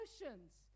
emotions